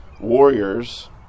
warriors